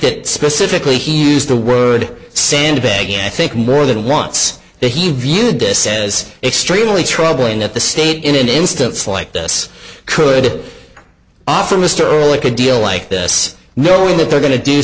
that specifically he used the word sandbag and i think more than once that he viewed this as extremely troubling that the state in an instance like this could offer mr erlich a deal like this knowing that they're going to do